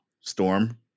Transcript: Storm